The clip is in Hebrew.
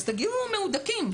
אז תגיעו מהודקים.